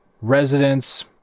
residents